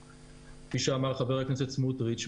כפי שאמר חבר הכנסת סמוטריץ',